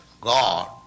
God